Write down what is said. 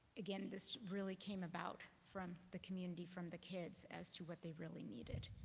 again this really came about from the community, from the kids as to what they really needed.